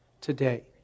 today